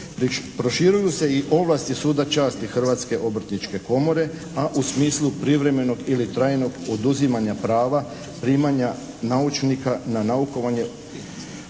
Proširuju se i ovlasti suda časti Hrvatske obrtničke komore, a u smislu privremenog ili trajnog oduzimanja prava primanja naučnika na naukovanje obrtnika